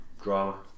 drama